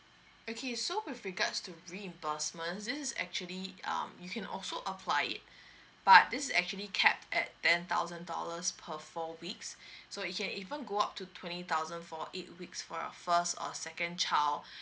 okay so with regards to reimbursement this is actually um you can also apply it but this is actually capped at ten thousand dollars per four weeks so it can even go up to twenty thousand for eight weeks for your first or second child